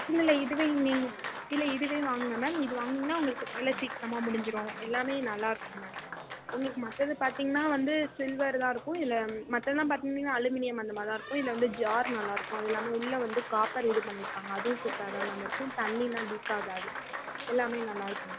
இல்லை இல்லை இதுவே நீங்கள் இல்லை இதுவே வாங்குங்க மேம் இது வாங்கினிங்கன்னா உங்களுக்கு வேலை சீக்கிரமாக முடிஞ்சிடும் எல்லாமே நல்லாயிருக்கும் மேம் உங்களுக்கு மற்றது பார்த்திங்கன்னா வந்து சில்வர் தான் இருக்கும் இதில் மற்றதுலாம் பார்த்திங்கன்னா அலுமீனியம் அந்த மாதிரி தான் இருக்கும் இதில் வந்து ஜார் நல்லா இருக்கும் அதுவுல்லாமல் உள்ளே வந்து காப்பர் இது பண்ணியிருப்பாங்க அதுவும் சூப்பராக தான் மேம் இருக்கும் தண்ணியெலாம் லீக் ஆகாது எல்லாமே நல்லா இருக்கும் மேம்